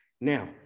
Now